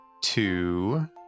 two